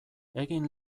egin